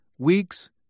weeks